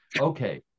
Okay